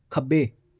ਖੱਬੇ